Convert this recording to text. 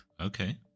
Okay